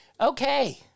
Okay